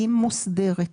היא מוסדרת,